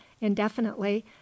indefinitely